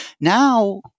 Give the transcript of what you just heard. Now